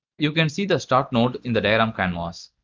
you can see the start node in the diagram canvas.